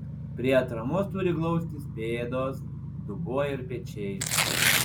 prie atramos turi glaustis pėdos dubuo ir pečiai